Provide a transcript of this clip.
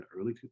early